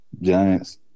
Giants